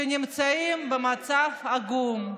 שנמצאים במצב עגום,